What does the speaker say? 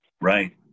Right